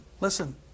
listen